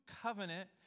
covenant